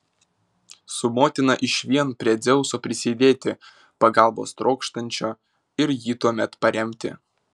su motina išvien prie dzeuso prisidėti pagalbos trokštančio ir jį tuomet paremti